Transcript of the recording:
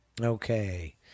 Okay